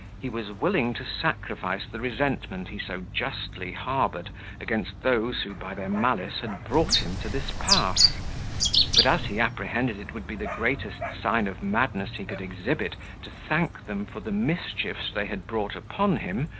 he was willing to sacrifice the resentment he so justly harboured against those who, by their malice, had brought him to this pass but, as he apprehended it would be the greatest sign of madness he could exhibit to thank them for the mischiefs they had brought upon him,